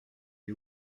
est